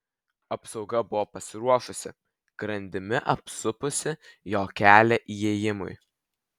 apsauga buvo pasiruošusi grandimi apsupusi jo kelią įėjimui